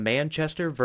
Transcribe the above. Manchester